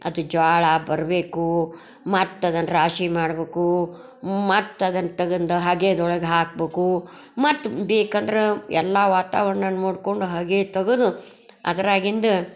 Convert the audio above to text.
ಅದು ಜೋಳ ಬರಬೇಕು ಮತ್ತು ಅದನ್ನು ರಾಶಿ ಮಾಡಬೇಕು ಮತ್ತು ಅದನ್ನು ತಗೊಂಡು ಹಾಗೇ ಅದ್ರೊಳಗೆ ಹಾಕ್ಬೇಕು ಮತ್ತು ಬೇಕಂದ್ರೆ ಎಲ್ಲ ವಾತಾವರಣ ನೋಡಿಕೊಂಡು ಹಾಗೇ ತೆಗೆದು ಅದ್ರಾಗಿಂದು